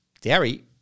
dairy